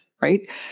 Right